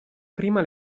prima